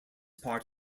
part